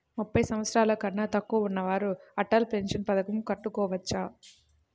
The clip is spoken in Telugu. ముప్పై సంవత్సరాలకన్నా తక్కువ ఉన్నవారు అటల్ పెన్షన్ పథకం కట్టుకోవచ్చా?